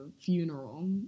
Funeral